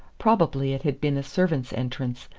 probably it had been a servants' entrance,